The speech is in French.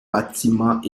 bâtiments